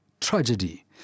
Tragedy